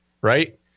Right